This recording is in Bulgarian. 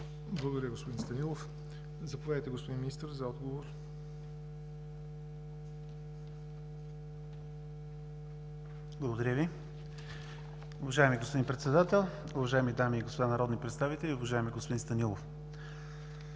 Благодаря, господин Станилов. Заповядайте, господин Министър, за отговор. МИНИСТЪР РУМЕН ПОРОЖАНОВ: Благодаря Ви. Уважаеми господин Председател, уважаеми дами и господа народни представители, уважаеми господин Станилов!